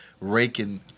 raking